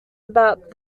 about